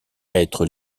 être